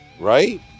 right